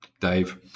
Dave